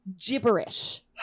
gibberish